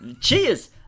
Cheers